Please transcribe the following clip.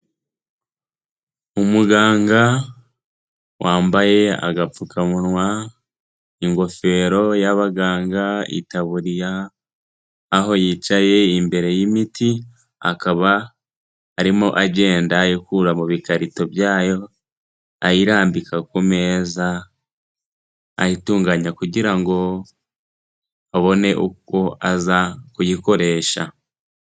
Umuganga wambaye agapfukamunwa, ingofero y'abaganga, itaburiya aho yicaye imbere y'imiti akaba arimo agenda ayikura mu bikarito byayo ayirambika ku meza ayitunganya kugira ngo abone uko aza kuyikoresha.